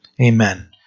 Amen